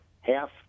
half